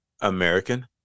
American